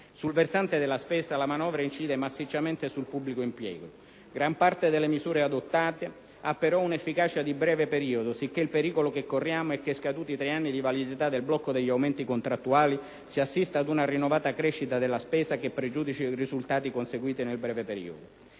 Sul versante della spesa, la manovra incide massicciamente sul pubblico impiego. Gran parte delle misure adottate ha però un'efficacia di breve periodo, sicché il pericolo che corriamo è che, scaduti i tre anni di validità del blocco degli aumenti contrattuali, si assista ad una rinnovata crescita della spesa che pregiudichi i risultati conseguiti nel breve periodo.